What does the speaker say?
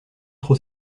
trop